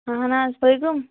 اہن حظ تُہۍ کٕم